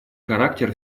характер